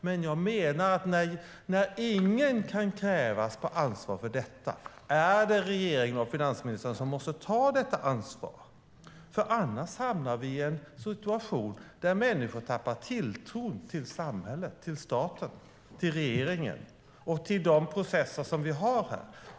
Men jag menar att när ingen kan utkrävas ansvar för detta är det regeringen och finansministern som måste ta detta ansvar. Annars hamnar vi i en situation där människor tappar tilltron till samhället, staten, regeringen och de processer som finns.